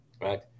right